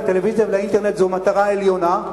לטלוויזיה ולאינטרנט זאת מטרה עליונה,